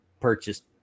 purchased